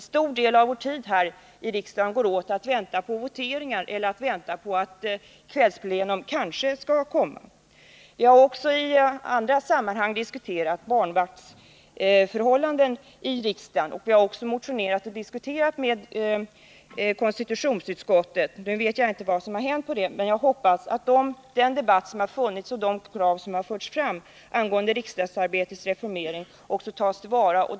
En stor del av vår tid här i riksdagen går åt till att vänta på voteringar eller på att kvällsplenum kanske skall anordnas. I konstitutionsutskottet har frågan om barnvakt i riksdagen diskuterats. Jag har motionerat härom. Jag hoppas att den debatt som har förts och de krav som har förts fram angående riksdagsarbetets reformering leder till resultat.